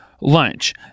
lunch